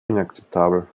inakzeptabel